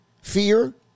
fear